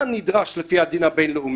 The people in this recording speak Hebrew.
מה נדרש לפי הדין הבינלאומי?